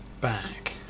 back